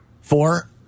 Four